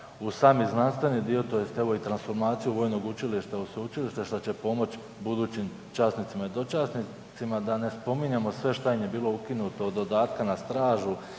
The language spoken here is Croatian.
u sami znanstveni dio tj. evo i transformaciju vojnog učilišta i sveučilišta što će pomoć budućim časnicima i dočasnicima, da ne spominjemo šta im je bilo ukinuto od dodatka na stražu,